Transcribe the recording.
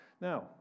Now